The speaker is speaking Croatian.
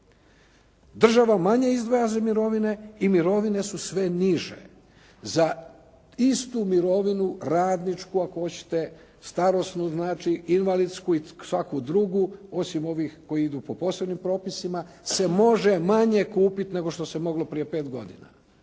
Država manje izdvaja za mirovine i mirovine su sve niže. Za istu mirovinu radničku ako hoćete, starosnu znači, invalidsku i svaku drugu osim ovih koje idu po posebnim propisima se može manje kupiti nego što se moglo prije pet godina